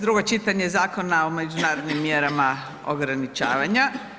Drugo čitanje Zakona o međunarodnim mjerama ograničavanja.